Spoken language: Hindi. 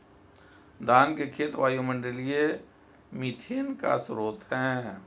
धान के खेत वायुमंडलीय मीथेन का स्रोत हैं